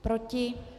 Proti?